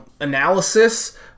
analysis